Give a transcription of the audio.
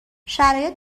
شرایط